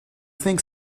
think